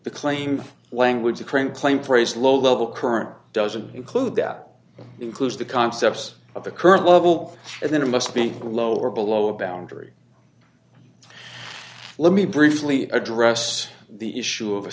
the claim the language the current claim praise lowlevel current doesn't include that includes the concepts of the current level and then it must be lower below a boundary let me briefly address the issue of